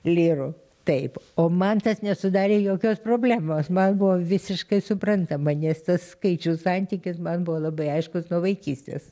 lyrų taip o man tas nesudarė jokios problemos man buvo visiškai suprantama nes tas skaičių santykis man buvo labai aiškus nuo vaikystės